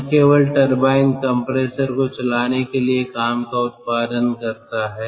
न केवल turbine compressor को चलाने के लिए काम का उत्पादन करता है